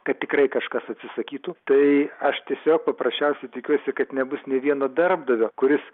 kad tikrai kažkas atsisakytų tai aš tiesiog paprasčiausiai tikiuosi kad nebus nė vieno darbdavio kuris